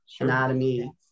anatomy